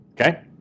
Okay